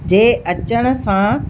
जे अचनि सां